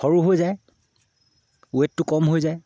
সৰু হৈ যায় ৱেইটটো কম হৈ যায়